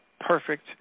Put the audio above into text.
perfect